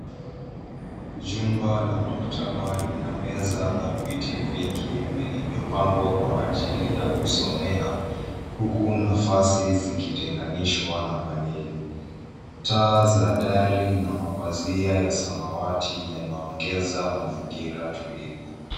Jumba la maktaba lina meza na viti vingi vilivyopangwa kwa ajili ya kusomea huku nafasi zikitenganishwa na paneli. Taa za dari na mapazia ya samawati yanaongeza mazingira tulivu.